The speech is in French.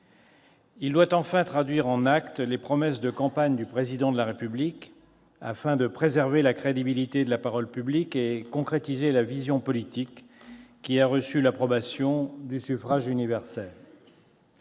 Il doit enfin traduire en actes les promesses de campagne du Président de la République, afin de préserver la crédibilité de la parole publique et de concrétiser la vision politique qui a reçu l'approbation du suffrage universel.